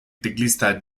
teclista